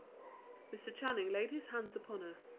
mr. channing laid his hands upon her.